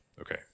Okay